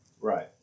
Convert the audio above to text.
Right